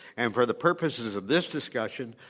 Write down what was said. and for the purposes of this discussion,